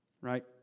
Right